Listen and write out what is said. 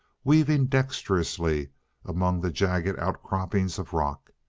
weaving dexterously among the jagged outcroppings of rock.